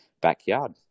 backyard